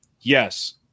Yes